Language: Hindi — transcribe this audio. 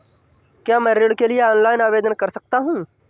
क्या मैं ऋण के लिए ऑनलाइन आवेदन कर सकता हूँ?